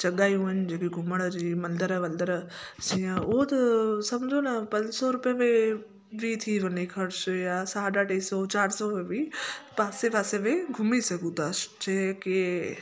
जॻहियूं आहिनि जेकियूं घुमण जी मंदिर वंदिर जीअं उहो त सम्झो न पंज सौ रुपए में बि थी वञे ख़र्चु या साढा टे सौ चारि सौ में बि पासे पासे में घुमी सघूं था जीअं के